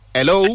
Hello